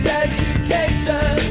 education